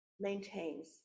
maintains